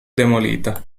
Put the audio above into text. demolita